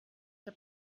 der